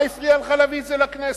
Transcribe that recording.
מה הפריע לך להביא את זה לכנסת?